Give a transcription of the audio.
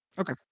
Okay